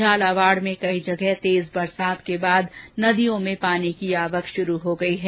झालावाड़ में कई जहां तेज बरसात के बाद नदियों में पानी की आवक शुरू हो गई है